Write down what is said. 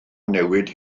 newid